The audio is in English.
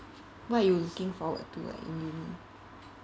what you looking forward to at uni